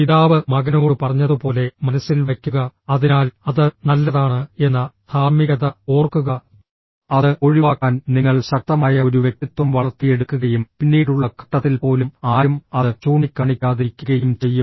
പിതാവ് മകനോട് പറഞ്ഞതുപോലെ മനസ്സിൽ വയ്ക്കുക അതിനാൽ അത് നല്ലതാണ് എന്ന ധാർമ്മികത ഓർക്കുക അത് ഒഴിവാക്കാൻ നിങ്ങൾ ശക്തമായ ഒരു വ്യക്തിത്വം വളർത്തിയെടുക്കുകയും പിന്നീടുള്ള ഘട്ടത്തിൽ പോലും ആരും അത് ചൂണ്ടിക്കാണിക്കാതിരിക്കുകയും ചെയ്യും